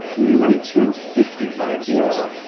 in nineteen fifty five zero,